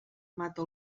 mata